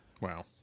Wow